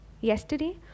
Yesterday